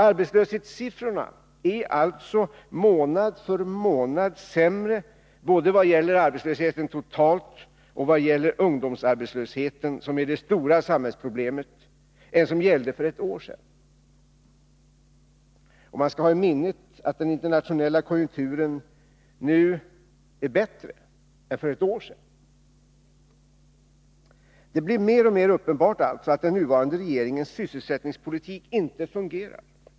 Arbetslöshetssiffrorna är alltså månad för månad sämre både vad gäller arbetslösheten totalt och vad gäller ungdomsarbetslösheten, som är det stora samhällsproblemet, än de som förelåg för ett år sedan. Och man skall ha i minnet att den internationella konjunkturen nu är bättre än för ett år sedan. Det blir alltså mer och mer uppenbart att den nuvarande regeringens sysselsättningspolitik inte fungerar.